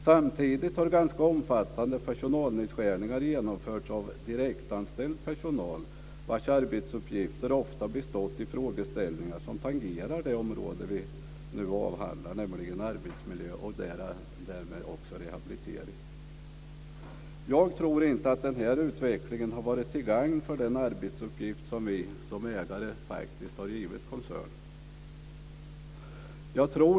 Samtidigt har ganska omfattande personalnedskärningar genomförts av direktanställd personal, vars arbetsuppgifter ofta bestått i frågeställningar som tangerar det område vi nu avhandlar, nämligen arbetsmiljö och därmed också rehabilitering. Jag tror inte att utvecklingen har varit till gagn för den arbetsuppgift vi som ägare faktiskt har givit koncernen.